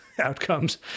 outcomes